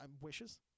Wishes